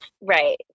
right